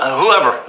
whoever